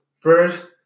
First